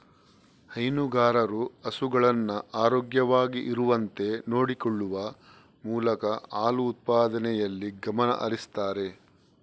ಹೈನುಗಾರರು ಹಸುಗಳನ್ನ ಆರೋಗ್ಯವಾಗಿ ಇರುವಂತೆ ನೋಡಿಕೊಳ್ಳುವ ಮೂಲಕ ಹಾಲು ಉತ್ಪಾದನೆಯಲ್ಲಿ ಗಮನ ಹರಿಸ್ತಾರೆ